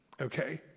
okay